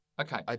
Okay